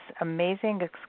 amazing